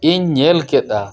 ᱤᱧ ᱧᱮᱞ ᱠᱮᱫᱟ